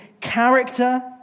character